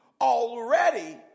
already